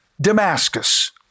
Damascus